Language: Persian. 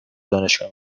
دانشگاه